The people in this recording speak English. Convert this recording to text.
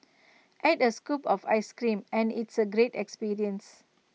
add A scoop of Ice Cream and it's A great experience